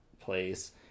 place